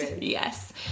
Yes